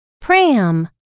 pram